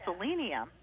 selenium